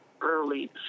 early